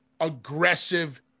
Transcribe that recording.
aggressive